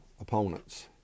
Opponents